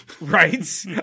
right